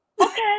Okay